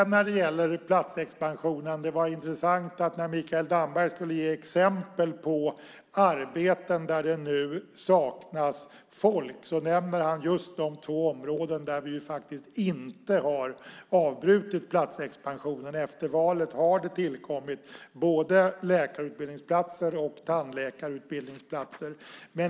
När det gäller platsexpansionen var det intressant att när Mikael Damberg tog exempel på arbeten där det nu saknas folk nämner han just de två områden där vi inte har avbrutit platsexpansionen. Efter valet har det tillkommit både läkarutbildningsplatser och tandläkarutbildningsplatser.